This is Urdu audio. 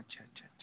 اچھا اچھا اچھا